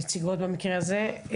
נציגות במקרה הזה.